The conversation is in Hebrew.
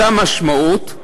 זו המשמעות,